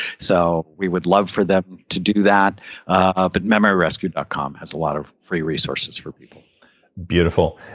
so we would love for them to do that ah but memoryrescue dot com has a lot of free resources for you beautiful.